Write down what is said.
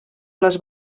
les